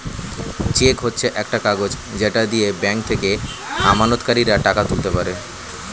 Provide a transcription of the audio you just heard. check হচ্ছে একটা কাগজ যেটা দিয়ে ব্যাংক থেকে আমানতকারীরা টাকা তুলতে পারে